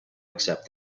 accept